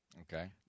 Okay